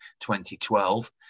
2012